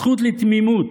הזכות לתמימות,